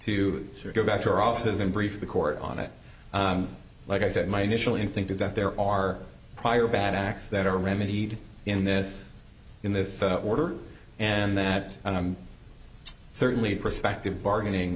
to go back to our offices and brief the court on it like i said my initial instinct is that there are prior bad acts that are remedied in this in this order and that certainly prospective bargaining